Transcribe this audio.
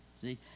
See